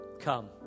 Come